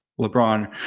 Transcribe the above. LeBron